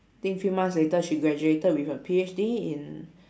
think few months later she graduated with her P_H_D in